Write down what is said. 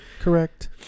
correct